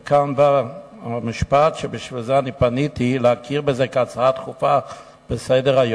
וכאן בא המשפט שבשביל זה פניתי להכיר בזה כהצעה דחופה לסדר-היום: